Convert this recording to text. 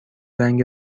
رنگ